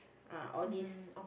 ah all these